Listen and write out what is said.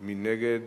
מי נגד?